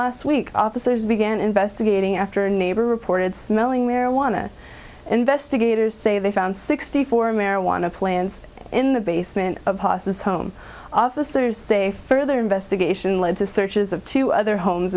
last week officers began investigating after a neighbor reported smelling marijuana investigators say they found sixty four marijuana plants in the basement of haas's home officers say further investigation led to searches of two other homes